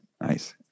Nice